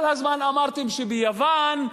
כל הזמן אמרתם: ביוון,